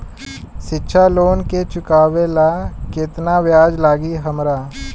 शिक्षा लोन के चुकावेला केतना ब्याज लागि हमरा?